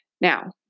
Now